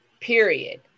period